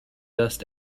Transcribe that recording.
dust